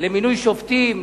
למינוי שופטים,